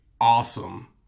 awesome